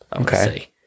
Okay